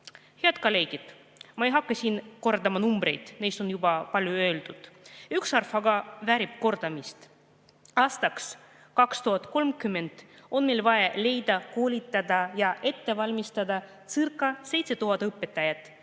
Head kolleegid! Ma ei hakka siin kordama numbreid, neid on juba palju öeldud. Üks arv aga väärib kordamist. Aastaks 2030 on meil vaja leida, koolitada ja ette valmistadacirca7000 õpetajat,